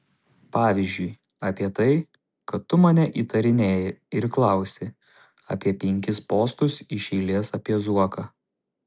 pavyzdžiui apie tai kad tu mane įtarinėji ir klausi apie penkis postus iš eilės apie zuoką